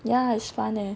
ya it's fun leh